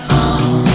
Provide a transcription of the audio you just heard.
on